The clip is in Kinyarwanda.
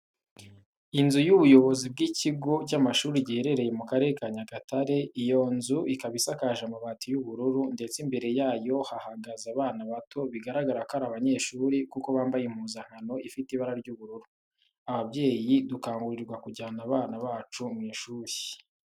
Inzu y'ubuyobozi bw'ikigo cy'amashuri giherereye mu Karere ka Nyagatare. Iyo nzu ikaba isakaje amabati y'ubururu, ndetse imbere yayo hahagaze abana bato bigaragara ko ari abanyeshuri kuko bambaye impuzankano ifite ibara ry'ubururu. Ababyeyi dukangurirwa kujyana abana bacu mu ishuri.